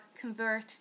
convert